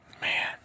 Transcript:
Man